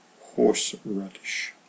Horseradish